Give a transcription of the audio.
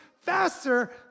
faster